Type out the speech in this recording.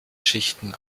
schichten